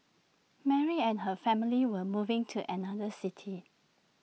Mary and her family were moving to another city